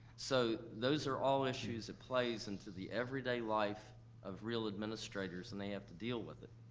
so those are all issues that plays into the everyday life of real administrators and they have to deal with it.